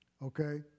Okay